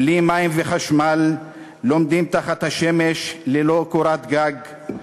בלי מים וחשמל, לומדים תחת השמש, ללא קורת גג.